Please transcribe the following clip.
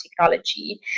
technology